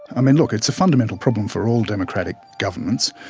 i mean look it's a fundamental problem for all democratic governments.